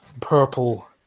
purple